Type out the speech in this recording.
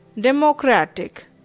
democratic